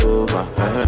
over